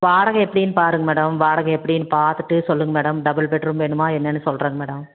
வாடகை எப்படின்னு பாருங்கள் மேடம் வாடகை எப்படின்னு பார்த்துட்டு சொல்லுங்கள் மேடம் டபிள் பெட்ரூம் வேணுமா என்னென்னு சொல்கிறேங்க மேடம்